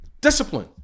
Discipline